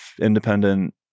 independent